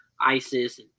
Isis